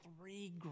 three